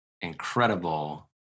incredible